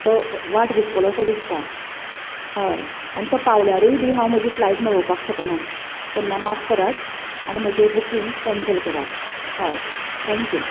तो वाट घुस्पलो सो दिसता हय आनी तो पावल्यारय बी हांव म्हजी फ्लायट मेळोवपाक शकना तेन्ना माफ करात आनी म्हजें बुकिंग कॅन्सल करात हय थँक्यू